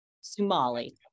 somali